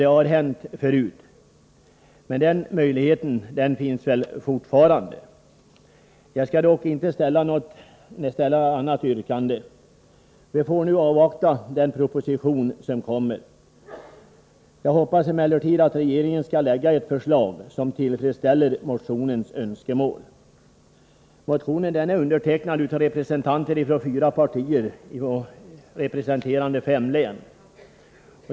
Det har hänt förut, och den möjligheten finns väl fortfarande. Jag skall dock inte ställa något yrkande, utan vi får nu avvakta propositio nen. Jag hoppas emellertid att regeringen skall lägga fram ett förslag som tillfredsställer önskemålen i motionen. Motionen är undertecknad av riksdagsledamöter från fyra partier, representerande fem län.